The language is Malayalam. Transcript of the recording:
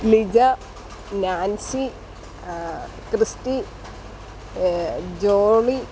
Lijo Nancy Christy Johnny